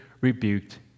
rebuked